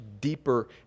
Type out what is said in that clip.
deeper